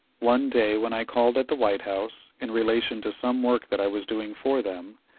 one day when i called at the white house, in relation to some work that i was doing for them,